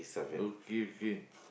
okay okay